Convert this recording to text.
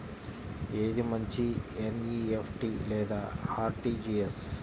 ఏది మంచి ఎన్.ఈ.ఎఫ్.టీ లేదా అర్.టీ.జీ.ఎస్?